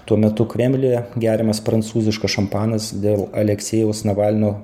tuo metu kremliuje geriamas prancūziškas šampanas dėl aleksejaus navalno